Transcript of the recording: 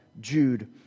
Jude